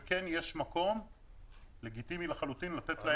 וכן יש מקום לגיטימי לחלוטין לתת להם